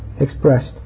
expressed